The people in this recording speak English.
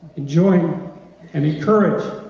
enjoy um and encourage,